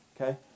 Okay